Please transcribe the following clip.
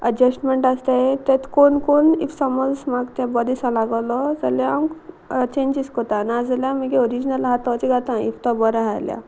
adjustment आसा ते तेत कोण कोन इफ समोज म्हाका तें बोर दिसा लागोलो जाल्यार हांव चेंजीस कोता नाजाल्यार मागीर ओरिजीनल आसा तो जें घालता इफ तो बरो आसा जाल्यार